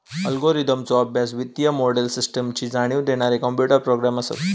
अल्गोरिदमचो अभ्यास, वित्तीय मोडेल, सिस्टमची जाणीव देणारे कॉम्प्युटर प्रोग्रॅम असत